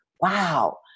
wow